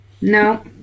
No